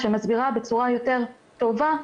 שמסבירה בצורה יותר טובה,